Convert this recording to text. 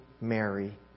Mary